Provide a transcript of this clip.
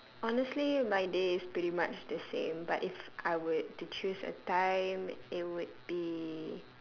honestly my day is pretty much the same but if I would to choose a time it would be